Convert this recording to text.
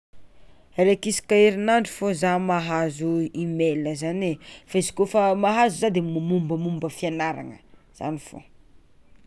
Raiky isaka herignandro fô zah mahazo email zany e fa izy kôfa mahazo zah de ny mombamomba fianarana zany fogna.